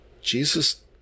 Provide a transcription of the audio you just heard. Jesus